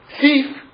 thief